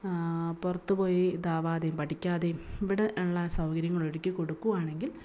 പുറത്തു പോയി ഇതാവാതെയും പഠിക്കാതെയും ഇവിടെ ഉള്ള സൗകര്യങ്ങൾ ഒരുക്കി കൊടുക്കുകയാണെങ്കിൽ